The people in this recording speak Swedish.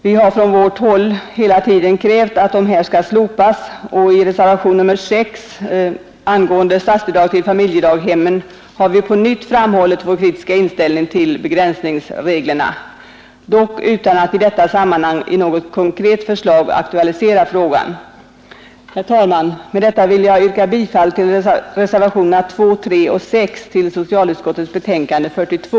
Vi har från vårt håll hela tiden krävt att dessa regler skall slopas. I reservationen 6 till socialutskottets betänkande nr 42 har vi på nytt framhållit vår kritiska inställning till begränsningsreglerna, dock utan att i detta sammanhang framlägga något konkret förslag. Herr talman! Med detta vill jag yrka bifall till reservationerna 2, 3 och 6 till socialutskottets betänkande nr 42.